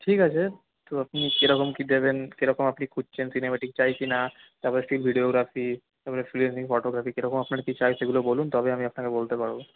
ঠিক আছে তো আপনি কিরকম কি দেবেন কিরকম আপনি খুঁজছেন সিনেমেটিক চাইছেন না তারপরে স্টিল ভিডিওগ্রাফি তারপরে ফটোগ্রাফি কিরকম আপনার কি চাই সেগুলো বলুন তবে আমি আপনাকে বলতে পারবো